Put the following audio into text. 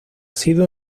sido